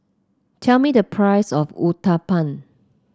tell me the price of Uthapam